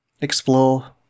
explore